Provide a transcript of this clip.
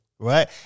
Right